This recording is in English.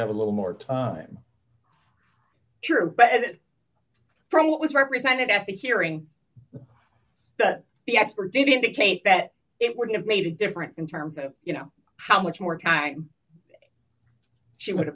have a little more time sure but from what was represented at the hearing that the expert did indicate that it would have made a difference in terms of you know how much more time she would have